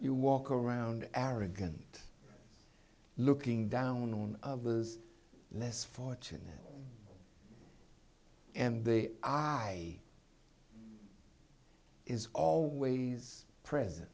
you walk around arrogant looking down on of was less fortunate and the eye is always present